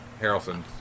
Harrelson